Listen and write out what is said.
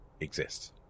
exists